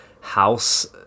house